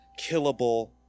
killable